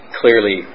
clearly